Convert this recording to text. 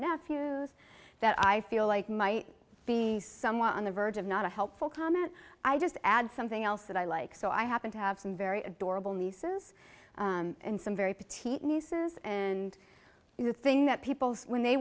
nephews that i feel like might be someone on the verge of not a helpful comment i just add something else that i like so i happen to have some very adorable nieces and some very petite nieces and the thing that people when they